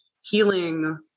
healing